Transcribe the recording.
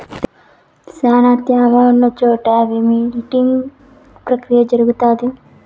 శ్యానా త్యామ ఉన్న చోట విల్టింగ్ ప్రక్రియ జరుగుతాది